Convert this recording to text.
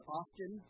often